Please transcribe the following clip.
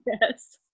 Yes